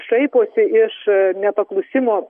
šaiposi iš nepaklusimo